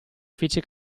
fece